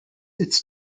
its